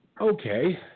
okay